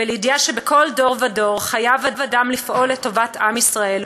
ולידיעה שבכל דור ודור חייב אדם לפעול לטובת עם ישראל,